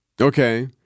Okay